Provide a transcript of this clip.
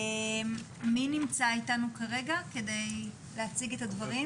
מי נמצא אתנו כרגע כדי להציג את הדברים?